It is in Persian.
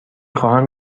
خواهم